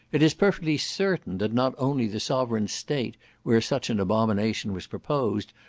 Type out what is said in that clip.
it is perfectly certain that not only the sovereign state where such an abomination was proposed,